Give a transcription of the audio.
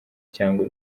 cyangwa